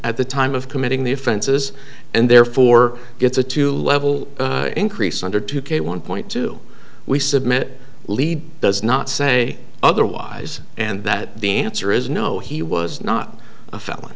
at the time of committing the offenses and therefore gets a two level increase under two k one point two we submit lead does not say otherwise and that the answer is no he was not a felon